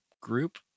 group